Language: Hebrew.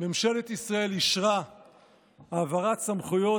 ממשלת ישראל אישרה העברת סמכויות